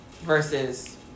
versus